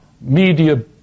media